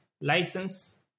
license